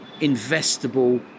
investable